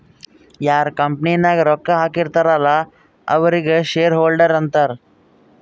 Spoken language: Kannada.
ಯಾರ್ ಕಂಪನಿ ನಾಗ್ ರೊಕ್ಕಾ ಹಾಕಿರ್ತಾರ್ ಅಲ್ಲಾ ಅವ್ರಿಗ ಶೇರ್ ಹೋಲ್ಡರ್ ಅಂತಾರ